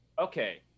okay